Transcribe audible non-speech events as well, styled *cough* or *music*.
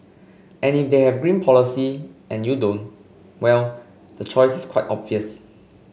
and if they have green policy and you don't well the choice is *unintelligible* quite obvious